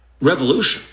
revolution